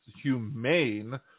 humane